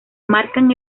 marcan